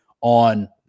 on